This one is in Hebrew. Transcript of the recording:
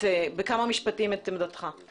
אני